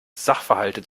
sachverhalte